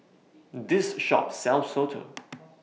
This Shop sells Soto